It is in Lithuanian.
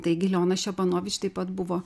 taigi leona ščepanovič taip pat buvo